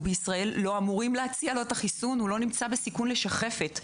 בישראל לא אמור לקבל את החיסון והוא לא נמצא בסיכון לשחפת.